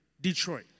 Detroit